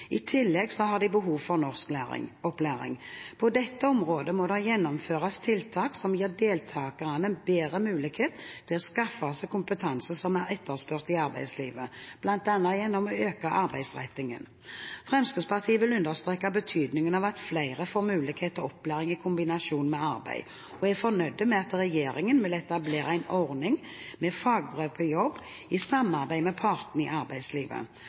I tillegg har de behov for norskopplæring. På dette området må det gjennomføres tiltak som gir deltakerne bedre mulighet til å skaffe seg kompetanse som er etterspurt i arbeidslivet, bl.a. gjennom å øke arbeidsrettingen. Fremskrittspartiet vil understreke betydningen av at flere får mulighet til opplæring i kombinasjon med arbeid, og er fornøyd med at regjeringen vil etablere en ordning med fagbrev på jobb i samarbeid med partene i arbeidslivet